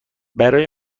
برای